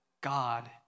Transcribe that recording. God